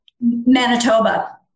Manitoba